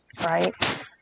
Right